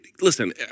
Listen